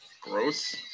Gross